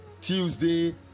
tuesday